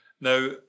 Now